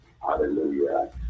Hallelujah